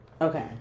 okay